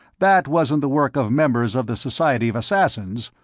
that wasn't the work of members of the society of assassins!